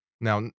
Now